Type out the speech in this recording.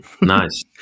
Nice